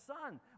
son